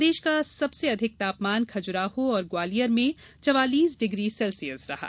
प्रदेश का अधिकतम तापमान खजुराहो और ग्वालियर में चवालीस डिग्री सेल्सियस रहा